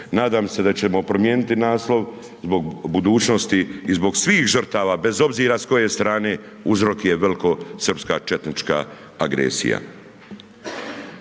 Nadam se da ćemo promijeniti naslov, zbog budućnosti i zbog svih žrtava bez obzira s koje strane, uzrok je velikosrpska, četnička agresija.